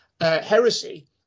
heresy